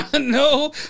no